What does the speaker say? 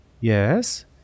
Yes